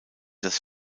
das